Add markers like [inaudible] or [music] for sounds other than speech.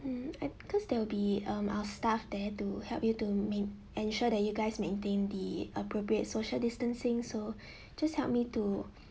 hmm I cause there will be um our staff there to help you to main~ ensure that you guys maintain the appropriate social distancing so [breath] just help me to